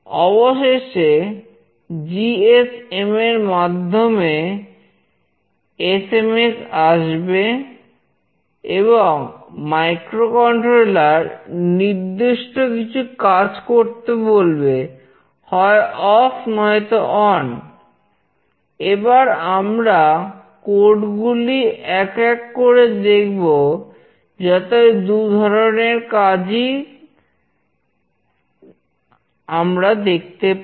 অবশেষে জিএসএম গুলি এক এক করে দেখব যাতে দুধরনের কাজ করা ই আমরা দেখতে পাই